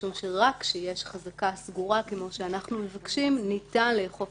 משום שרק כשיש חזקה סגורה שאנחנו מבקשים ניתן לאכוף